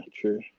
true